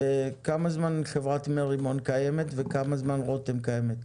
כמה זמן חברת מרימון קיימת וכמה זמן רותם קיימת?